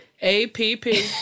A-P-P